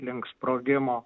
link sprogimo